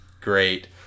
great